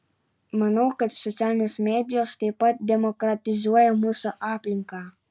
manau kad socialinės medijos taip pat demokratizuoja mūsų aplinką